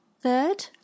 third